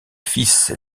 fils